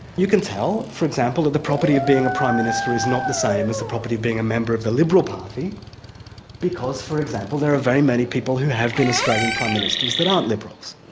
you can tell, for example, that the property of being a prime minister is not the same as the property of being a member of the liberal party because for example, there are very many people who have been australian prime ministers that aren't liberals.